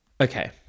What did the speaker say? Okay